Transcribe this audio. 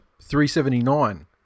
379